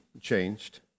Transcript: changed